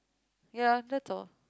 ya that's all